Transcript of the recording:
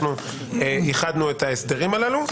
איחדנו את ההסדרים הללו.